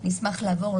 אני אסביר.